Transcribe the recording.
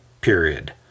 Period